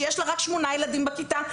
שיש לה רק שמונה ילדים בכיתה,